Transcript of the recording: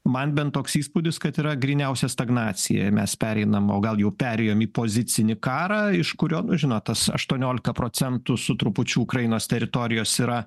man bent toks įspūdis kad yra gryniausia stagnacija ir mes pereinam o gal jau perėjom į pozicinį karą iš kurio nu žinot tas aštuoniolika procentų su trupučiu ukrainos teritorijos yra